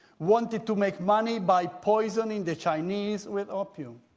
wanted to make money by poisoning the chinese with opium.